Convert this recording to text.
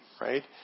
right